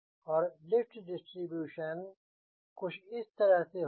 और lift distribution कुछ इस तरह से होगा